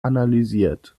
analysiert